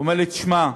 הוא אומר לי: תשמע,